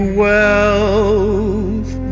wealth